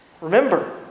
Remember